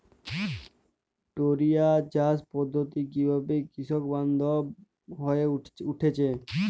টোরিয়া চাষ পদ্ধতি কিভাবে কৃষকবান্ধব হয়ে উঠেছে?